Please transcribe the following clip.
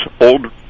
old